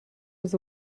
was